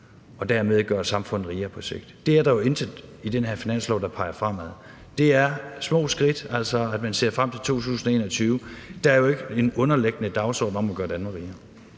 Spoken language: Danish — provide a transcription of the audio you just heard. og dermed gøre samfundet rigere på sigt. Der er jo intet i den her finanslov, der peger fremad. Det er små skridt, altså hvor man ser frem til 2021. Der er jo ikke en underliggende dagsorden om at gøre Danmark rigere.